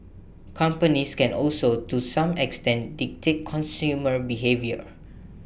companies can also to some extent dictate consumer behaviour